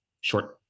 Short